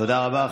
תודה.